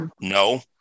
No